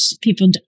people